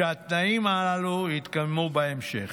שהתנאים הללו יתקיימו בהמשך,